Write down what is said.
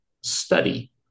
Study